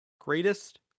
Greatest